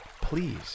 Please